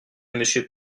monsieur